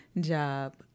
job